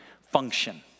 function